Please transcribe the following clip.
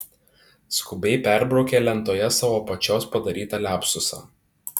skubiai perbraukė lentoje savo pačios padarytą liapsusą